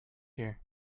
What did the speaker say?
here